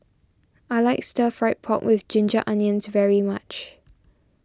I like Stir Fried Pork with Ginger Onions very much